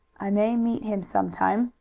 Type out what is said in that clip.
i may meet him some time,